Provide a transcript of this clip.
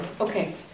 okay